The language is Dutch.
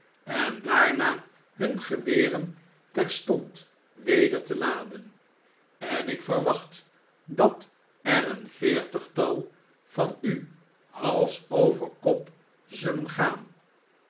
en daarna hun geweren terstond weder te laden en ik verwacht dat er een veertigtal van uhalsover kop zullen gaan